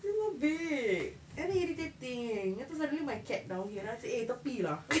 semua big and then irritating lepas tu selalunya my cat down here then I say eh tepi lah